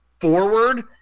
forward